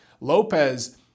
Lopez